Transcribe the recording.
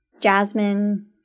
jasmine